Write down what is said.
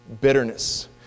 bitterness